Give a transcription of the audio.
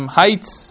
heights